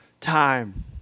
time